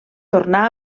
tornà